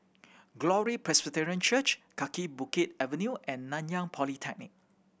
Glory Presbyterian Church Kaki Bukit Avenue and Nanyang Polytechnic